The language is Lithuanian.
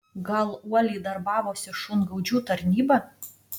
gal uoliai darbavosi šungaudžių tarnyba